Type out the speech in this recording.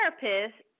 therapist